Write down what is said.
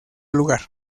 lugar